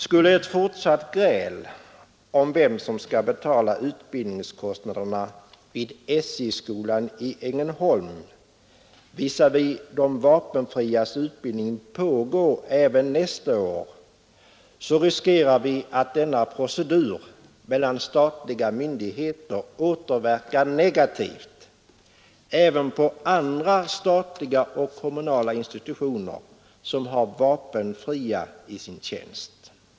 Skulle ett fortsatt gräl om vem som skall Torsdagen den betala utbildningskostnaderna vid SJ-skolan i Ängelholm visavi de 1 november 1973 vapenfrias utbildning pågå även nästa år riskerar vi att denna procedur mellan statliga myndigheter återverkar negativt även på andra statliga och kommunala institutioner som har vapenfria i sin tjänst.